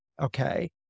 okay